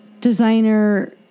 Designer